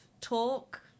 Talk